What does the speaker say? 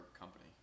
company